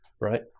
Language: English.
right